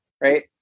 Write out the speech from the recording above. right